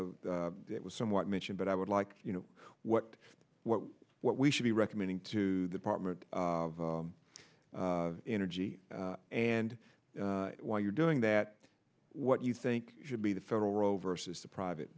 know it was somewhat mentioned but i would like you know what what what we should be recommending to department of energy and while you're doing that what you think should be the federal row versus the private